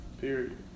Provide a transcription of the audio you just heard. Period